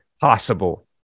possible